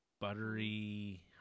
buttery